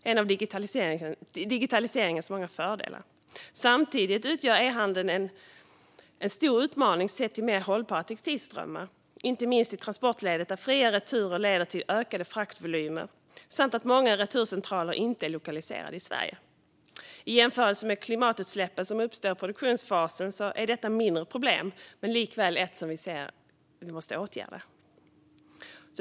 Det är en av digitaliseringens många fördelar. Samtidigt utgör e-handeln en stor utmaning sett till mer hållbara textilströmmar, inte minst i transportleden där fria returer leder till ökade fraktvolymer samt att många returcentraler inte är lokaliserade i Sverige. I jämförelse med klimatutsläppen som uppstår i produktionsfasen är detta ett mindre problem men likväl ett som vi ser att man måste åtgärda.